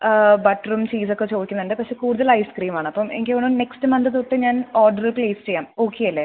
ബട്ടറും ചീസ് ഒക്കെ ചോദിക്കുന്നുണ്ട് പക്ഷേ കൂടുതൽ ഐസ്ക്രീം ആണ് അപ്പം എനിക്ക് തോന്നുന്നു നെക്സ്റ്റ് മന്ത് തൊട്ട് ഞാൻ ഓർഡർ പ്ലേസ് ചെയ്യാം ഓക്കേ അല്ലേ